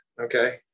okay